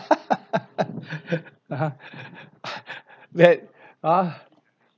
(uh huh) that !huh!